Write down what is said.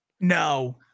No